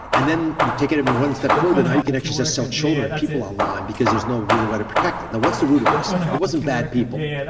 and then you take it even one step further, now you can actually just sell children, people online, because there's no real way to protect it. now, what's the root of this? it wasn't bad people.